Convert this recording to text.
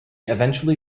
eventually